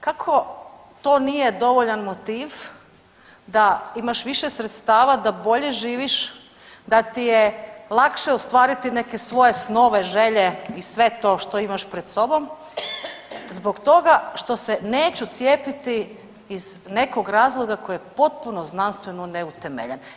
Kako to nije dovoljan motiv da imaš više sredstava, da bolje živiš, da ti je lakše ostvariti neke svoje snove, želje i sve to što imaš pred sobom, zbog toga što se neću cijepiti iz nekog razloga koji je potpuno znanstveno neutemeljen.